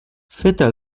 feta